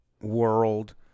world